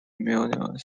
minor